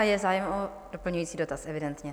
Je zájem o doplňující dotaz evidentně.